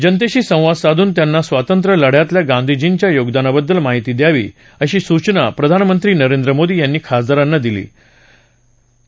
जनतेशी संवाद साधून त्यांना स्वातंत्र्यलढ्यातल्या गांधीजींच्या योगदानाबद्दल माहिती द्यावी अशी सूचना प्रधानमंत्री नरेंद्र मोदी यांनी खासदारांना दिली असल्याचं जोशी यांनी सांगितलं